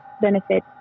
benefit